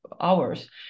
hours